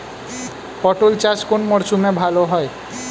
পটল চাষ কোন মরশুমে ভাল হয়?